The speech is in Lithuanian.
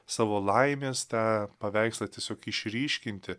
savo laimės tą paveikslą tiesiog išryškinti